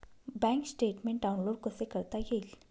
Bank statement download कसे करता येईल?